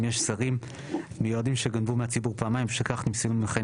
יש שרים מיועדים שגנבו מהציבור פעמיים ומשכך מסיימים לכהן